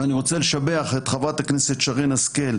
ואני רוצה לשבח את חברת הכנסת שרן השכל,